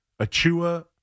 Achua